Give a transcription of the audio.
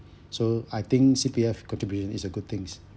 so I think C_P_F contribution is a good things